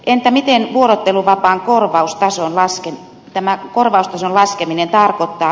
entä mitä vuorotteluvapaan korvaustason laskeminen tarkoittaa yksilön kannalta